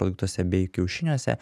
produktuose bei kiaušiniuose